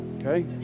Okay